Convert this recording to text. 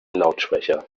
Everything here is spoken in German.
lautsprecher